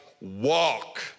Walk